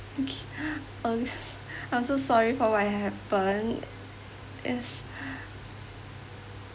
okay mm I'm so sorry for what had happened yes